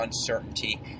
uncertainty